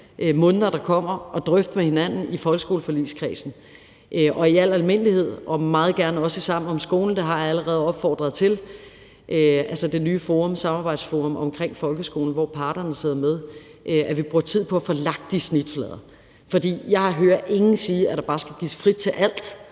måneder, der kommer, at drøfte med hinanden i folkeskoleforligskredsen og i al almindelighed og meget gerne også i Sammen om skolen. Jeg har allerede opfordret til, at vi i det nye samarbejdsforum omkring folkeskolen, hvor parterne sidder med, bruger tid på at få lagt de snitflader. For jeg hører ingen sige, at der bare skal gives frit til alt,